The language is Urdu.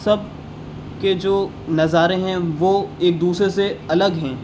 سب کے جو نظارے ہیں وہ ایک دوسرے سے الگ ہیں